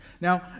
Now